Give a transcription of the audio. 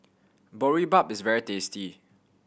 boribap is very tasty